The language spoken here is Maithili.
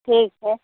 ठीक छै